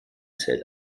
zählt